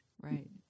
Right